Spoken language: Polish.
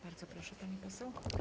Bardzo proszę, pani poseł.